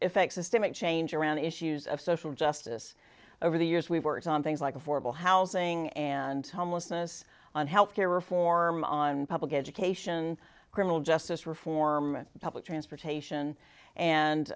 effect systemic change around issues of social justice over the years we've worked on things like affordable housing and homelessness on health care reform on public education criminal justice reform and public transportation and